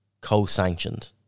co-sanctioned